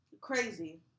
Crazy